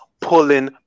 pulling